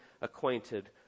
acquainted